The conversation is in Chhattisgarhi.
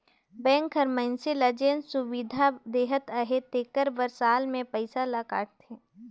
बेंक हर मइनसे ल जेन सुबिधा देहत अहे तेकर बर साल में पइसा ल काटथे